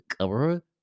cover